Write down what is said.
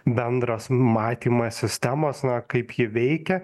bendras matymas sistemos na kaip ji veikia